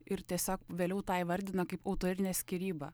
ir tiesiog vėliau tą įvardina kaip autorinė skyryba